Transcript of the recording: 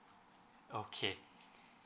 okay